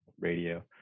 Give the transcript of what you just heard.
radio